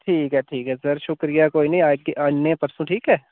ठीक ठीक ऐ सर शुक्रिया कोई नी आह्गे आन्ने परसूं ठीक ऐ